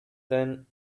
then